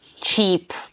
cheap